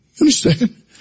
understand